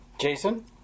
Jason